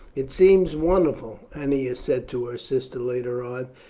it seems wonderful, ennia said to her sister later on,